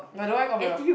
what do I complain about